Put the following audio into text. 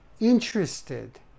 interested